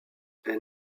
elle